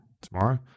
tomorrow